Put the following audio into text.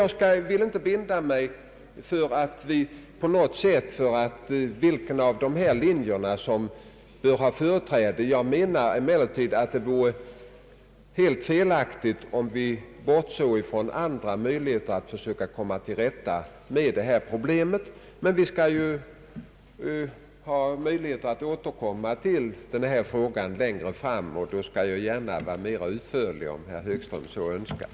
Jag vill dock inte i dag binda mig på något sätt och säga vilken av dessa linjer som bör ha företräde. Det vore helt felaktigt att bortse från andra möjligheter att komma till rätta med det problem det här gäller. Men vi får tillfälle att återkomma till frågan längre fram, och då skall jag gärna vara mer utförlig, om herr Högström så önskar.